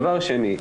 דבר שני,